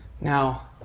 Now